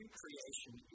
creation